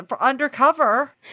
undercover